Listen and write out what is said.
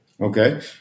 Okay